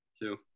Two